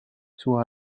sua